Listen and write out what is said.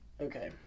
okay